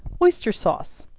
oyster sauce.